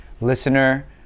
listener